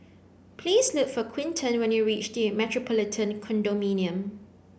please look for Quinten when you reach The Metropolitan Condominium